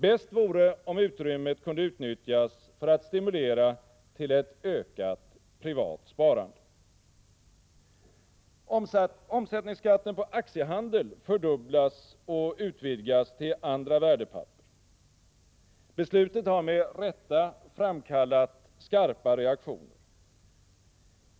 Bäst vore om utrymmet kunde utnyttjas för att stimulera till ett ökat privat sparande. Omsättningsskatten på aktiehandel fördubblas och utvidgas till andra värdepapper. Beslutet har med rätta framkallat skarpa reaktioner.